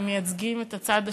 הם מייצגים את הצד השני,